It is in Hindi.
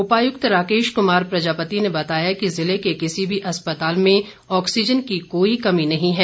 उपायुक्त राकेश कुमार प्रजापति ने बताया कि जिले के किसी भी अस्पताल में ऑक्सीज़न की कोई कमी नहीं है